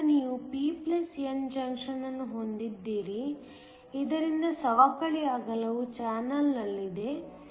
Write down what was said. ಆದ್ದರಿಂದ ನೀವು p n junction ಅನ್ನು ಹೊಂದಿದ್ದೀರಿ ಇದರಿಂದ ಸವಕಳಿ ಅಗಲವು ಚಾನಲ್ನಲ್ಲಿದೆ